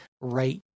right